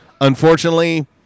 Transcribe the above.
unfortunately